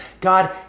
God